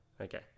Okay